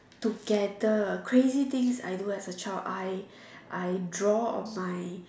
together crazy things I do as a child I I draw on my